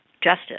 justice